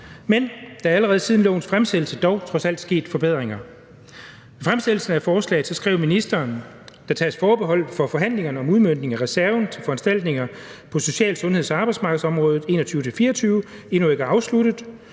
men der er allerede siden lovforslagets fremsættelse dog trods alt sket forbedringer. I fremsættelsen af forslaget skriver ministeren: Der tages forbehold for, at forhandlingerne om udmøntningen af reserven til foranstaltninger på social-, sundheds- og arbejdsmarkedsområdet 2021-2024 endnu ikke er afsluttet,